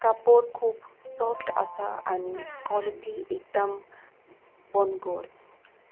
कापड खूब सॉफ्ट आसा आनी कॉलिटी एकदम बनकोर